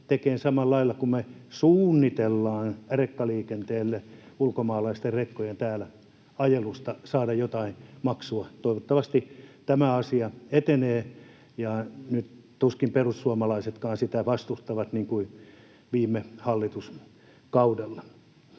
tekemään vähän samalla lailla kuin mitä me suunnitellaan rekkaliikenteelle saada jotain maksua ulkomaalaisten rekkojen täällä ajelusta. Toivottavasti tämä asia etenee, ja nyt tuskin perussuomalaisetkaan sitä vastustavat niin kuin viime hallituskaudella.